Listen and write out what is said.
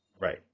right